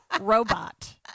robot